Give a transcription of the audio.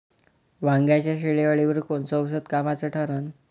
वांग्याच्या शेंडेअळीवर कोनचं औषध कामाचं ठरन?